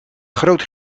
groot